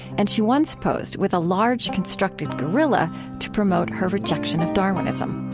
and she once posed with a large, constructed gorilla to promote her rejection of darwinism